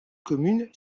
commune